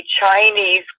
Chinese